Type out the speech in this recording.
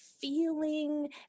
feeling